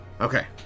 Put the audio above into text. Okay